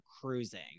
cruising